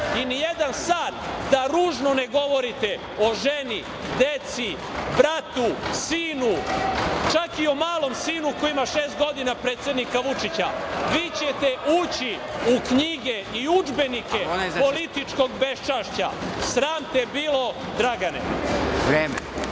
i ni jedan sat da ružno ne govorite o ženi, deci, bratu, sinu, čak i o malom sinu koji ima šest godina, predsednika Vučića. Vi ćete ući u knjige i udžbenike političkog beščašća. Sram te bilo, Dragane!